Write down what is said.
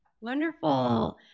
Wonderful